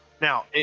Now